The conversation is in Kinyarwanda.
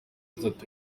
atatu